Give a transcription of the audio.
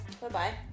Bye-bye